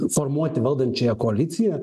formuoti valdančiąją koaliciją